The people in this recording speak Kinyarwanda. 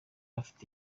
afite